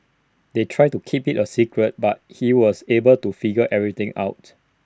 they tried to keep IT A secret but he was able to figure everything out